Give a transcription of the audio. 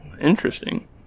Interesting